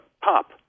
pop